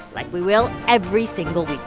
like we will every single